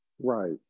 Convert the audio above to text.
Right